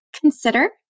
consider